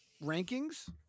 rankings